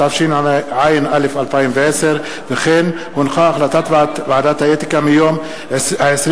התשע"א 2010. החלטת ועדת האתיקה מיום 21